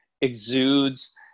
exudes